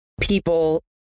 people